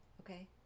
Okay